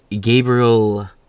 Gabriel